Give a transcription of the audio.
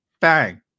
bang